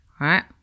right